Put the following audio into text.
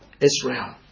Israel